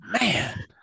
Man